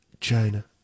China